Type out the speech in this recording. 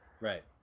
Right